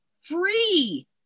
free